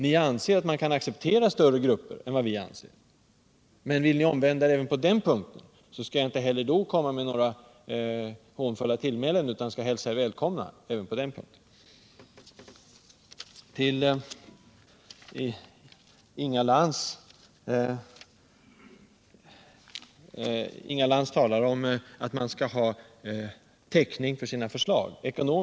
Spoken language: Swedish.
Ni anser att man kan acceptera större grupper än vi gör. Men vill ni omvända er även på den punkten skall jag inte heller då komma med några hånfulla tillmälen, utan hälsa er välkomna. Inga Lantz talar om att man skall ha ekonomisk täckning för sina förslag.